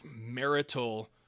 marital